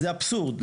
זה אבסורד.